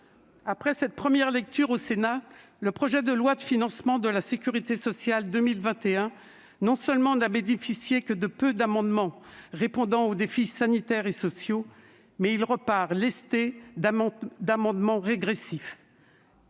après cette première lecture au Sénat, non seulement le projet de loi de financement de la sécurité sociale pour 2021 n'a bénéficié que de peu d'amendements répondant aux défis sanitaires et sociaux, mais il repart lesté d'amendements régressifs.